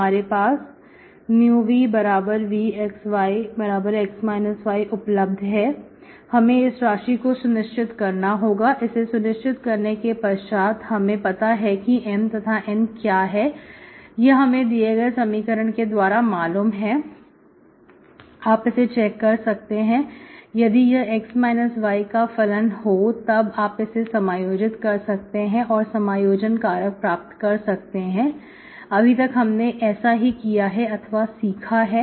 हमारे पास vvxyx y उपलब्ध है हमें इस राशि को सुनिश्चित करना होगा इसे सुनिश्चित करने के पश्चात हमें पता है किM तथा N क्या है यह हमें दिए गए समीकरण के द्वारा मालूम है आप इसे चेक कर सकते हैं यदि यह x y का फलन हो तब आप इसे समायोजित कर सकते हैं और समायोजन कारक प्राप्त कर सकते हैं अभी तक हमने ऐसा ही किया है अथवा सीखा है